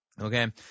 Okay